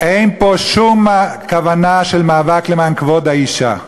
אין פה שום כוונה של מאבק למען כבוד האישה.